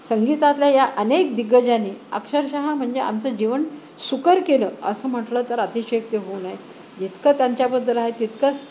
संगीतातल्या या अनेक दिग्गजानी अक्षरशः म्हणजे आमचं जीवन सुकर केलंं असं म्हंटलं तर अतिशयोक्ती होऊ नये जितकं त्यांच्याबद्दल आहे तितकंच